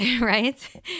right